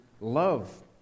love